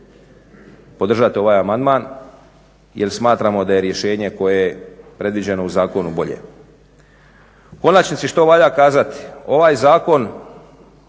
podržati ovaj amandman jer smatramo da je rješenje koje je predviđeno u zakonu bolje. U konačnici što valja kazati? Ovaj zakon